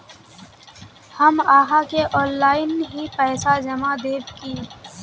हम आहाँ के ऑनलाइन ही पैसा जमा देब की?